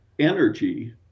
Energy